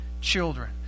children